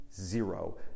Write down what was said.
zero